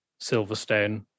silverstone